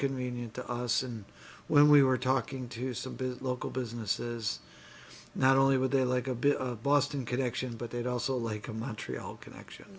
convenient to us and when we were talking to some bit local businesses not only were they like a bit of boston connection but they'd also like a much real connection